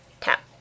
tap